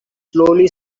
slowly